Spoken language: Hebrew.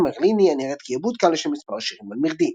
מרליני" הנראית כעיבוד קל של מספר שירים על מירדין.